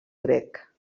grec